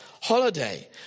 holiday